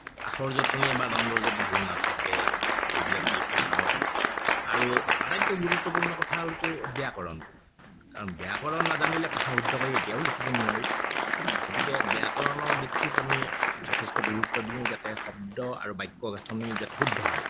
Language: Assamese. আখৰ জোঁটনি যদি ভুল নাথাকে এইবিলাক দিশো চাওঁ আৰু আটাইতকৈ গুৰুত্বপূৰ্ণ কথা হ'লটো ব্যাকৰণটো কাৰণ ব্যাকৰণ নাজানিলে ভাষা শুদ্ধকৈ কেতিয়াও লিখিব নোৱাৰি গতিকে ব্যাকৰণৰ দিশটোত আমি যথেষ্ট গুৰুত্ব দিওঁ যাতে শব্দ আৰু বাক্য গাঁথনি যাতে শুদ্ধ হয়